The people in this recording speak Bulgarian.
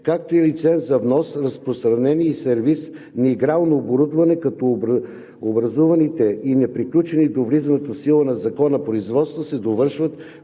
както и лицензи за внос, разпространение и сервиз на игрално оборудване, като образуваните и неприключени до влизането в сила на Закона производства се довършват